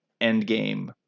Endgame